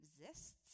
exists